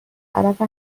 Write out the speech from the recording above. علف